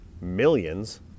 Millions